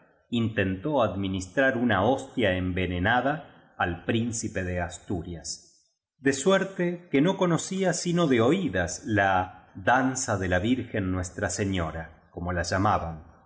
intentó admi nistrar una hostia envenenada al príncipe de asturias de suerte que no conocía sino de oídas la danza de la virgen nuestra señora como la llamaban